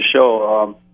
show